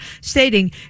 stating